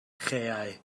chaeau